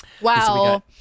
Wow